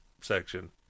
section